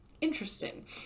Interesting